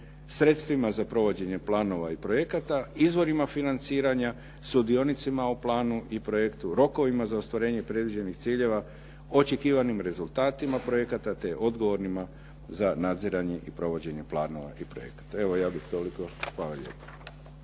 sredstvima za provođenja planova i projekata, izvorima financiranja, sudionicima u planu i projektu, rokovima za ostvarenje predviđenih ciljeva, očekivanim rezultatima projekata, te odgovorima za nadziranje i provođenje planova i projekata. Evo, ja bih toliko. Hvala lijepo.